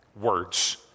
words